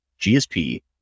GSP